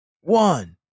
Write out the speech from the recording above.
one